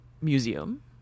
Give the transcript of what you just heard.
museum